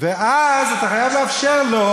אבל יש שני סוגים ואז אתה חייב לאפשר לו,